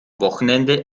wochenende